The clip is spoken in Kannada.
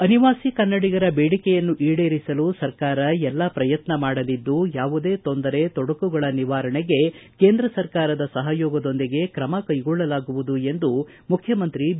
ಅನಿವಾಸಿ ಕನ್ನಡಿಗರ ಬೇಡಿಕೆಯನ್ನು ಈಡೇರಿಸಲು ಸರ್ಕಾರ ಎಲ್ಲ ಪ್ರಯತ್ನ ಮಾಡಲಿದ್ದು ಯಾವುದೇ ತೊಂದರೆ ತೊಡಕುಗಳ ನಿವಾರಣೆಗೆ ಕೇಂದ್ರ ಸರ್ಕಾರದ ಸಹಯೋಗದೊಂದಿಗೆ ಕ್ರಮ ಕೈಗೊಳ್ಳಲಾಗುವುದು ಎಂದು ಮುಖ್ಯಮಂತ್ರಿ ಬಿ